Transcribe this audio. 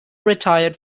retired